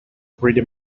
pretty